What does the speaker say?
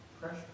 Pressure